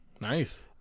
Nice